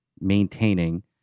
maintaining